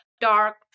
dark